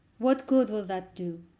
what good will that do?